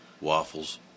Waffles